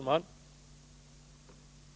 Herr talman!